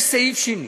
יש סעיף שני